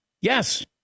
Yes